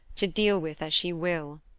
to deal with as she will.